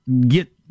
get